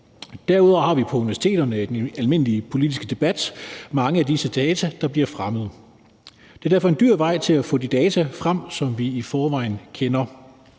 Derudover har vi på universiteterne og i den almindelige politiske debat mange af disse data, der bliver fremhævet. Det er derfor en dyr vej til at få de data frem, som vi i forvejen kender.